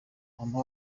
mama